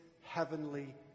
heavenly